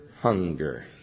hunger